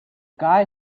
guy